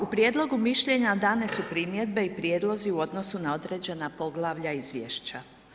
U prijedlogu mišljenja dane su primjedbe i prijedlozi u odnosu na određena poglavlja izvješća.